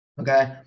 okay